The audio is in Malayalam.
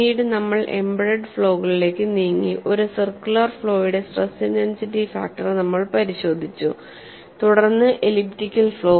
പിന്നീട് നമ്മൾ എംബഡെഡ് ഫ്ലോകളിലേക്ക് നീങ്ങി ഒരു സർക്കുലർ ഫ്ലോയുടെ സ്ട്രെസ് ഇന്റെൻസിറ്റി ഫാക്ടർ നമ്മൾ പരിശോധിച്ചു തുടർന്ന് എലിപ്റ്റിക്കൽ ഫ്ലോ